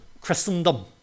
Christendom